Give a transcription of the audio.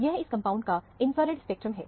यह इस कंपाउंड का इंफ्रारेड स्पेक्ट्रम है